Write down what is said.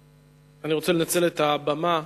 אני רוצה לנצל את הבמה